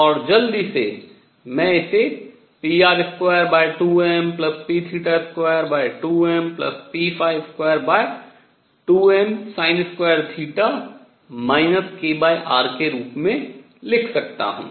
और जल्दी से मैं इसे pr22mp22mp22msin2 kr के रूप में लिख सकता हूँ